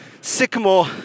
sycamore